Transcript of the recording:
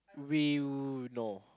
we no